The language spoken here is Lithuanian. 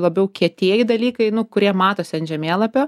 labiau kietieji dalykai nu kurie matosi ant žemėlapio